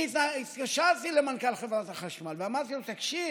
אני התקשרתי למנכ"ל חברת החשמל ואמרתי לו: תקשיב,